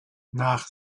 nach